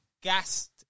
gassed